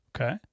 Okay